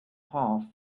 half